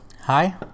Hi